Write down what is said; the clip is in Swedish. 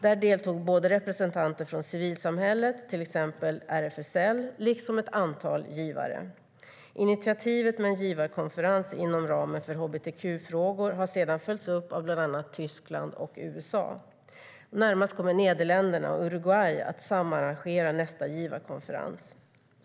Där deltog representanter från civilsamhället, till exempel RFSL, liksom ett antal givare. Initiativet med en givarkonferens inom ramen för hbtq-frågor har sedan följts upp av bland annat Tyskland och USA. Närmast kommer Nederländerna och Uruguay att samarrangera nästa givarkonferens.